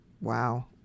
wow